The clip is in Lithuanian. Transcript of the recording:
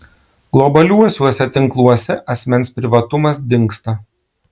globaliuosiuose tinkluose asmens privatumas dingsta